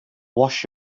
wash